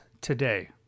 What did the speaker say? today